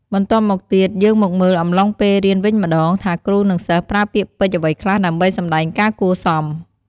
បន្ទាប់មកទៀត យើងមកមើលអំឡុងពេលរៀនវិញម្ដង ថាគ្រូ និងសិស្សប្រើពាក្យពេចន៍អ្វីខ្លះ ដើម្បីសម្ដែងការគួរសម។